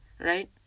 right